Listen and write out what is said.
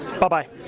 Bye-bye